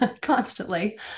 constantly